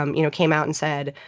um you know, came out and said,